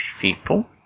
people